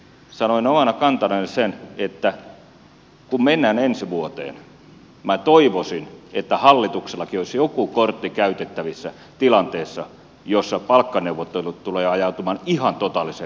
sanoin omana kantanani sen että kun mennään ensi vuoteen minä toivoisin että hallituksellakin olisi joku kortti käytettävissä tilanteessa jossa palkkaneuvottelut tulevat ajautumaan ihan totaaliseen umpikujaan